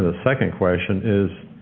ah second question is,